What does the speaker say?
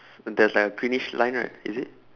there's like a greenish line right is it